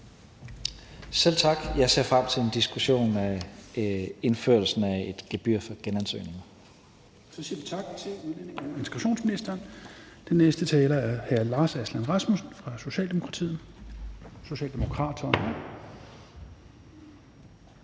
Selv tak. Jeg ser frem til en diskussion af indførelsen af et gebyr for genansøgninger. Kl. 16:22 Fjerde næstformand (Rasmus Helveg Petersen): Så siger vi tak til udlændinge- og integrationsministeren. Den næste taler er hr. Lars Aslan Rasmussen fra Socialdemokratiet.